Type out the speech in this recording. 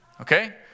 okay